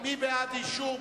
מי בעד אישור?